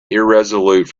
irresolute